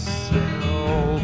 sell